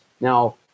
Now